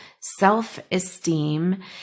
self-esteem